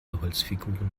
holzfiguren